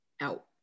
out